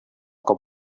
about